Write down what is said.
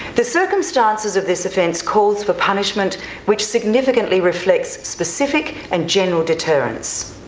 the circumstances of this offence calls for punishment which significantly reflects specific and general deterrence.